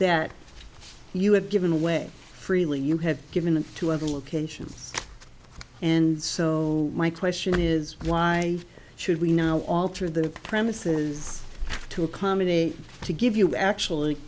that you had given away freely you had given to other locations and so my question is why should we now alter the premises to accommodate to give you actually